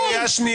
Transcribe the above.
את בקריאה שנייה.